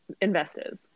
investors